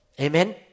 Amen